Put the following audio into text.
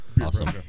Awesome